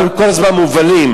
אנחנו כל הזמן מובלים.